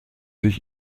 sich